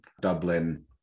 Dublin